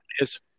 yes